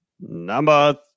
number